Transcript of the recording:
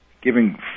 giving